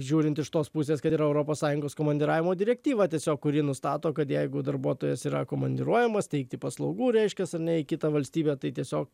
žiūrint iš tos pusės kad ir europos sąjungos komandiravimo direktyva tiesiog kuri nustato kad jeigu darbuotojas yra komandiruojamas teikti paslaugų reiškias ar ne į kitą valstybę tai tiesiog